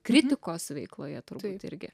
kritikos veikloje turbūt irgi